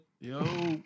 Yo